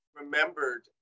remembered